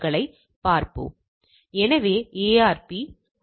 எனவே இது மாறுபாட்டு அளவைக்கான நம்பிக்கை இடைவெளியை உருவாக்க பயன்படுகிறது